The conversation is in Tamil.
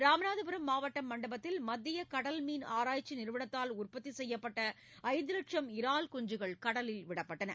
ராமநாதபுரம் மாவட்டம் மண்டபத்தில் மத்திய கடல்மீன் ஆராய்ச்சி நிறுவனத்தால் உற்பத்தி செய்யப்பட்ட ஐந்து லட்சம் இறால் குஞ்சுகள் கடலில் விடப்பட்டன